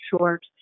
short